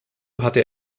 hatte